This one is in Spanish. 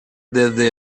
desde